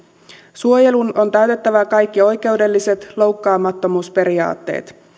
suojelun on täytettävä kaikki oikeudelliset loukkaamattomuusperiaatteet ja se